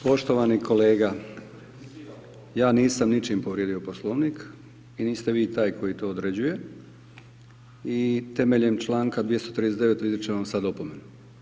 Poštovani kolega, ja nisam ničim povrijedio Poslovnik i niste vi taj koji to određuje i temeljem čl. 239. izričem vam sad opomenu.